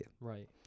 Right